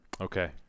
Okay